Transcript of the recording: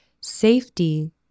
safety